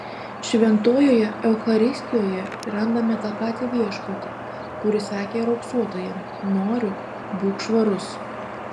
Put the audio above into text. šventojoje eucharistijoje randame tą patį viešpatį kuris sakė raupsuotajam noriu būk švarus